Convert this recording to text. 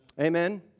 Amen